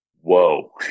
whoa